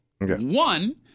One